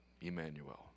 Emmanuel